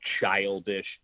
childish